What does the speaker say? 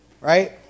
right